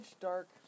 dark